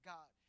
God